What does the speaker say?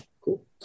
Cool